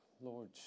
Lord